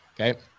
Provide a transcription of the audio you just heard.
Okay